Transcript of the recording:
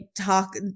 talk